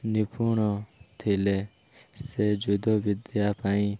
ନିପୁଣ ଥିଲେ ସେ ଯୁଦ୍ଧ ବିଦ୍ୟା ପାଇଁ